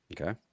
Okay